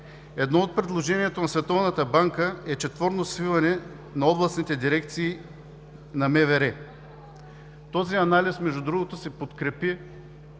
Едно от предложенията на Световната банка е четворно свиване на областните дирекции на МВР. Този анализ, между другото, се подкрепи